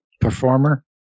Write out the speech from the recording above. Performer